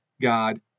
God